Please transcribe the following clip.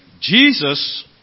Jesus